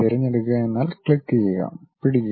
തിരഞ്ഞെടുക്കുക എന്നാൽ ക്ലിക്കുചെയ്യുക പിടിക്കുക